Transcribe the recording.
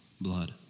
blood